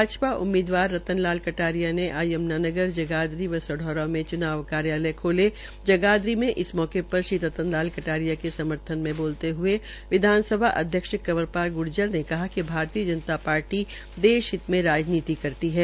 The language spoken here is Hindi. भाजपा उम्मीदवार रतन लाल कटारिया ने आज यमुनानगर जगाधरी व स ौरा में च्नाव कार्यालय खोलें जगाधरी मे इस मौकेपर श्री रतन कटारिया के समर्थन में बोलते हये विधानसभा अध्यक्ष कंवर पाल ने कहा कि भारतीय जनता पार्टी देश हित में राजनीति करती है